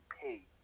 pay